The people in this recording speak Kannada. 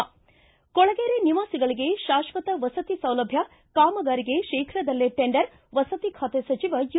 ಿ ಕೊಳಗೇರಿ ನಿವಾಸಿಗಳಿಗೆ ಶಾಶ್ವತ ವಸತಿ ಸೌಲಭ್ಯ ಕಾಮಗಾರಿಗೆ ಶೀಘದಲ್ಲೇ ಟೆಂಡರ್ ವಸತಿ ಖಾತೆ ಸಚಿವ ಯು